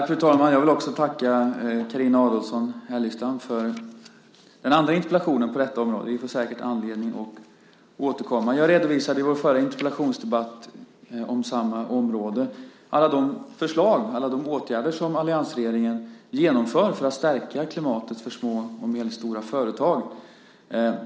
Fru talman! Jag vill också tacka Carina Adolfsson Elgestam för en andra interpellation på detta område. Vi får säkert anledning att återkomma. Jag redovisade i vår förra interpellationsdebatt om samma område alla de åtgärder som alliansregeringen genomför för att stärka klimatet för små och medelstora företag.